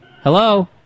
Hello